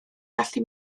gallu